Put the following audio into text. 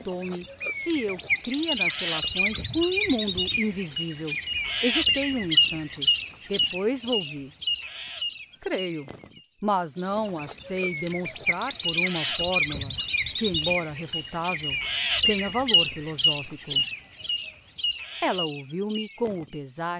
perguntou-me se eu cria nas relações com o mundo invisivel hesitei um instante depois volvi creio mas não as sei demonstrar por uma fórmula que embora refutavel tenha valor philosophico ella ouviu-me com o pezar